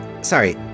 Sorry